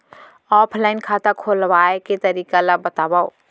Offline खाता खोलवाय के तरीका ल बतावव?